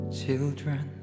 children